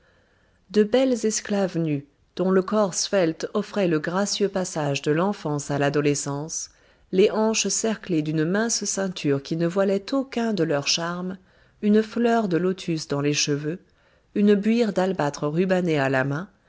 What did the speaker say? de belles esclaves nues dont le corps svelte offrait le gracieux passage de l'enfance à l'adolescence les hanches cerclées d'une mince ceinture qui ne voilait aucun de leurs charmes une fleur de lotus dans les cheveux une buire d'albâtre rubané à la main